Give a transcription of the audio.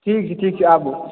ठीक छै ठीक छै आबू